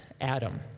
Adam